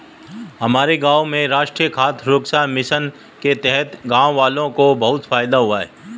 हमारे गांव में राष्ट्रीय खाद्य सुरक्षा मिशन के तहत गांववालों को बहुत फायदा हुआ है